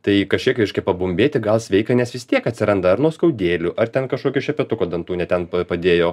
tai kažkiek reiškia pabumbėti gal sveika nes vis tiek atsiranda ar nuoskaudėlių ar ten kažkokių šepetuko dantų ne ten padėjo